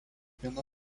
viena